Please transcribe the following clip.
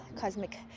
cosmic